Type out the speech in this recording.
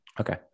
okay